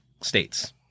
states